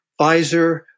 Pfizer